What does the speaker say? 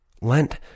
Lent